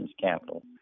capital